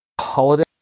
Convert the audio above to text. holiday